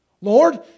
Lord